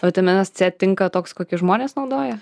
vitaminas c tinka toks kokį žmonės naudoja